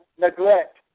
neglect